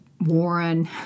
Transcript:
Warren